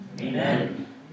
Amen